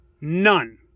none